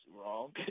wrong